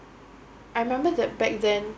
I remember that back then